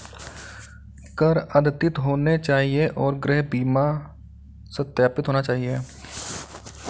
कर अद्यतित होने चाहिए और गृह बीमा सत्यापित होना चाहिए